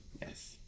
Yes